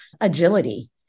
agility